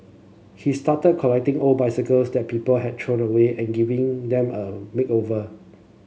he started collecting old bicycles that people had thrown away and giving them a makeover